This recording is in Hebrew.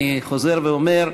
אני חוזר ואומר: